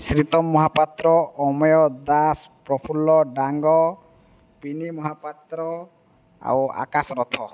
ଶ୍ରୀତମ୍ ମହାପାତ୍ର ଅମୟ ଦାସ ପ୍ରଫୁଲ୍ଲ ଡାଙ୍ଗ ବିନୀ ମହାପାତ୍ର ଆଉ ଆକାଶ ରଥ